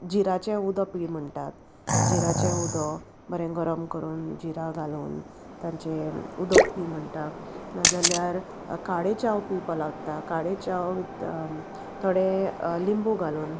जिऱ्याचें उदोक पी म्हणटात जिऱ्याचें उदोक बरें गरम करून जिरा घालून तांचें उदोक पी म्हणटा नाजाल्यार काळे चाव पिवपाक लागता काळे चाव थोडे लिंबू घालून